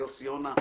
יוסי יונה,